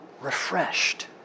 refreshed